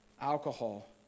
Alcohol